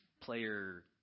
player